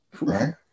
right